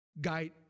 guide